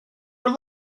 were